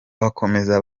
bakomeza